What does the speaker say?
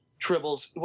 Tribbles